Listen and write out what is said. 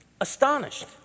astonished